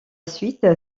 suite